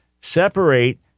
separate